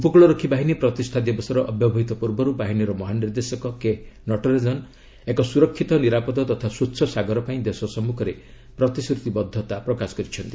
ଉପକୂଳରକ୍ଷୀ ବାହିନୀ ପ୍ରତିଷ୍ଠା ଦିବସର ଅବ୍ୟବହିତ ପୂର୍ବରୁ ବାହିନୀର ମହାନିର୍ଦ୍ଦେଶକ କେ ନଟରାଜନ୍ ଏକ ସୁରକ୍ଷିତ ନିରାପଦ ତଥା ସ୍ୱଚ୍ଛ ସାଗର ପାଇଁ ଦେଶ ସମ୍ମୁଖରେ ପ୍ରତିଶ୍ରୁତିବଦ୍ଧତା ପ୍ରକାଶ କରିଛନ୍ତି